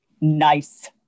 Nice